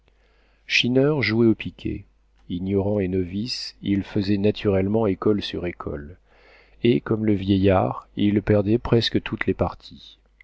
schinner jouait au piquet ignorant et novice il faisait naturellement école sur école et comme le vieillard il perdait presque toutes les parties